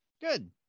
good